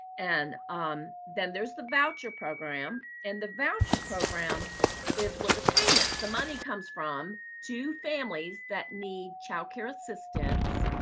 and um then there's the voucher program, and the voucher program is where the payments, the money comes from, to families that need child care assistance.